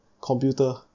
Computer